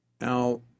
Now